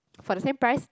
for the same price